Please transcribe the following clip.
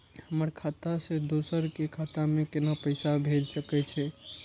हमर खाता से दोसर के खाता में केना पैसा भेज सके छे?